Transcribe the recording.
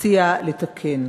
הציעה לתקן.